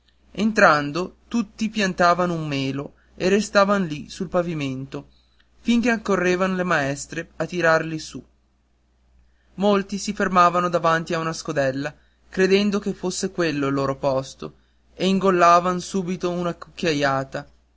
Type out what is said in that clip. entrando alcuni piantavano un melo e restavan lì sul pavimento fin che accorrevan le maestre a tirarli su molti si fermavano davanti a una scodella credendo che fosse quello il loro posto e ingollavano subito una cucchiaiata